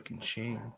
shame